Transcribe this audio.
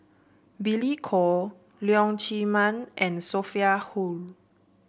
Billy Koh Leong Chee Mun and Sophia Hull